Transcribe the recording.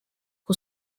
who